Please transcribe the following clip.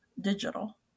digital